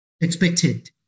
expected